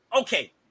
okay